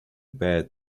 bad